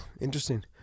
interesting